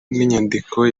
n’inyandiko